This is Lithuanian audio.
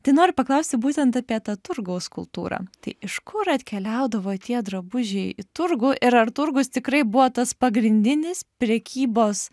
tai noriu paklausti būtent apie tą turgaus kultūrą tai iš kur atkeliaudavo tie drabužiai į turgų ir ar turgus tikrai buvo tas pagrindinis prekybos